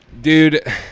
dude